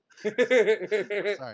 Sorry